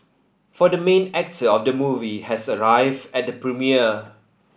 for the main actor of the movie has arrived at the premiere